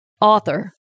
author